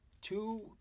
two